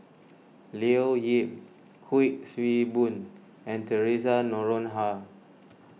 Leo Yip Kuik Swee Boon and theresa Noronha